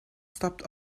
stopped